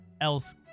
else